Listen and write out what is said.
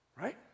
Right